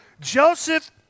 Joseph